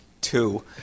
Two